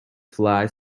fly